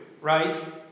right